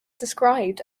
described